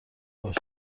باش